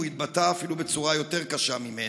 הוא התבטא אפילו בצורה יותר קשה ממני.